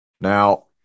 Now